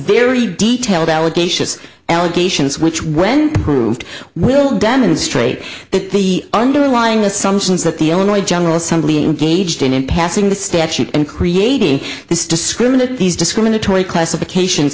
very detailed allegations allegations which when proved will demonstrate that the underlying assumptions that the only general somebody engaged in passing the statute and creating this discriminate these discriminatory classifications